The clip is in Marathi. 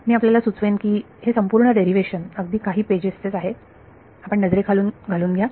मी आपल्याला असे सुचवेन की हे संपूर्ण डेरीव्हेशन अगदी काही पेजेस च आहेत आपण नजरेखालून घालून घ्या